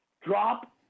drop